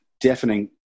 deafening